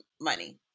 money